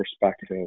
perspective